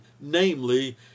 namely